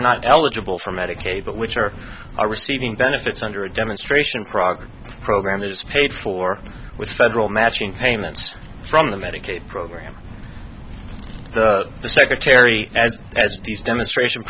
are not eligible for medicaid but which are are receiving benefits under a demonstration progress program is paid for with federal matching payments from the medicaid program the secretary as s d s demonstration